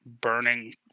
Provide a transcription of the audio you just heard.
burning